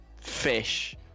fish